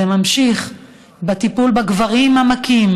זה ממשיך בטיפול בגברים המכים,